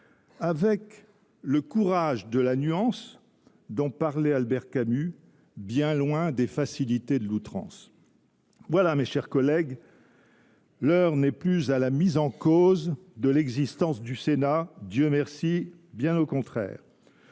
avec ce « courage de la nuance » qu’évoquait Albert Camus, bien loin des facilités de l’outrance. Mes chers collègues, l’heure n’est plus à la mise en cause de l’existence du Sénat – Dieu merci !–, bien au contraire.